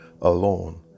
alone